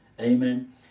Amen